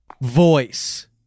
voice